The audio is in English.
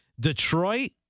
Detroit